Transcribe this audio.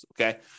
okay